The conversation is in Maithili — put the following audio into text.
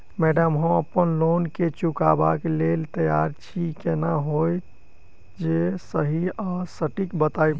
मैडम हम अप्पन लोन केँ चुकाबऽ लैल तैयार छी केना हएत जे सही आ सटिक बताइब?